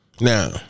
Now